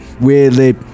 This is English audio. weirdly